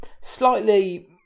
slightly